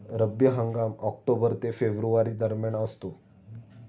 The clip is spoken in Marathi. रब्बी हंगाम ऑक्टोबर ते फेब्रुवारी दरम्यान असतो